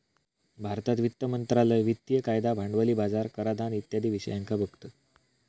भारतात वित्त मंत्रालय वित्तिय कायदा, भांडवली बाजार, कराधान इत्यादी विषयांका बघता